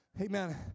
Amen